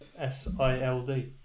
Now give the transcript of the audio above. S-I-L-D